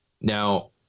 now